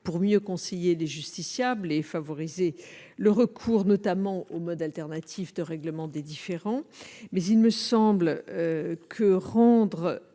pour mieux conseiller les justiciables et favoriser le recours notamment aux modes alternatifs de règlement des différends. Il me semble que rendre